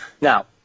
Now